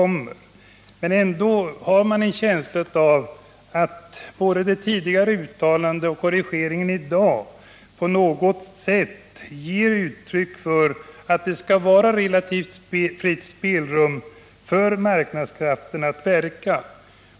Men ändå har man en känsla av att både det tidigare uttalandet och korrigeringen i dag på något sätt ger uttryck för att det skall ges ett relativt fritt spelrum för marknadskrafterna.